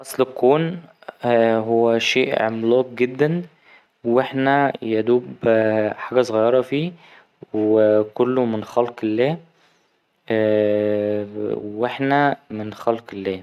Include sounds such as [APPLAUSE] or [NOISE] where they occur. أصل الكون هو شيء عملاق جدا وإحنا يادوب حاجة صغيرة فيه وكله من خلق الله [HESITATION] واحنا من خلق الله.